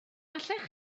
allech